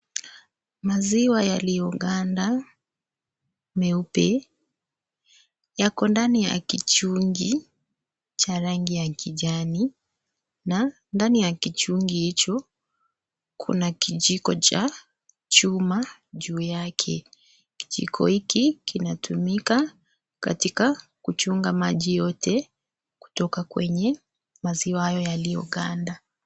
Maziwa yaliyoganda meupa. Yako ndani ya kichungi cha rangi ya kijani. Na ndani ya kichungi nani hicho kuna kijiko cha chuma juu yake. Kijiko hiki kinatumika katika kuchunga maji yote kutoka kwenye maziwa hayo yaliyoganda.